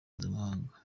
mpuzamahanga